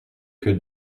que